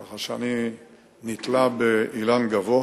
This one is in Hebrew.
כך שאני נתלה באילן גבוה